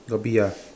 got bee ah